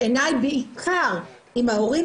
בעיניי בעיקר עם ההורים,